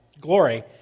Glory